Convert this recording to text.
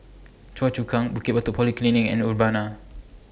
Choa Chu Kang Bukit Batok Polyclinic and Urbana